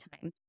time